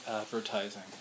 advertising